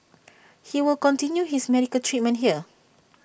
he will continue his medical treatment here